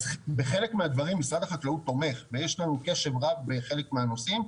אז בחלק מהדברים משרד החקלאות תומך ויש לנו קשר רב בחלק מהנושאים.